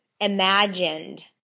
imagined